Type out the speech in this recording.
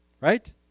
right